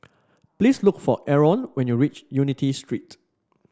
please look for Aron when you reach Unity Street